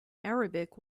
arabic